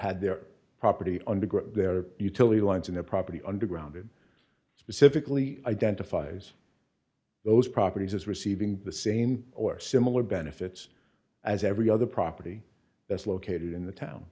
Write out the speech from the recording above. had their property under their utility lines in a property underground him specifically identifies those properties as receiving the same or similar benefits as every other property that's located in the town